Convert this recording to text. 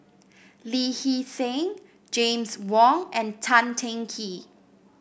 Lee Hee Seng James Wong and Tan Teng Kee